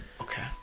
okay